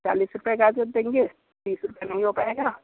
चालीस रुपये गाजर देंगे तीस रुपये में नहीं हो पाएगा